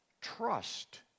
trust